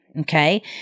Okay